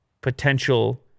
potential